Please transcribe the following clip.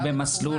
ותקומה.